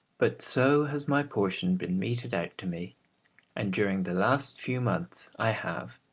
but so has my portion been meted out to me and during the last few months i have,